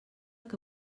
que